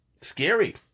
scary